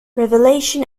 revelation